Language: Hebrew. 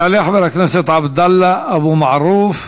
יעלה חבר הכנסת עבדאללה אבו מערוף.